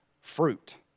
fruit